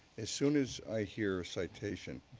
as soon as i hear a citation,